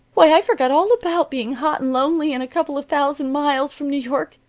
why, i forgot all about being hot and lonely and a couple of thousand miles from new york.